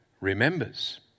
remembers